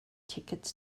tickets